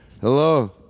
Hello